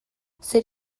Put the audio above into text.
zer